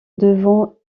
devant